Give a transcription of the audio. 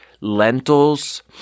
lentils